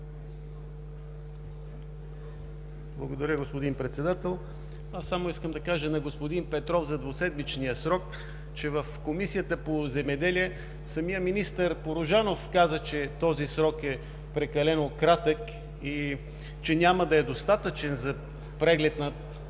Благодаря, господин Председател. Аз само искам да кажа на господин Петров за двуседмичния срок, че в Комисията по земеделие самият министър Порожанов каза, че този срок е прекалено кратък и че няма да е достатъчен за преглед на това,